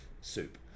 soup